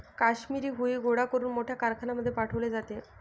काश्मिरी हुई गोळा करून मोठ्या कारखान्यांमध्ये पाठवले जाते